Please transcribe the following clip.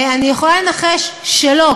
אני יכולה לנחש שלא,